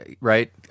right